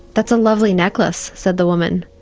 that's a lovely necklace said the woman.